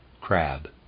crab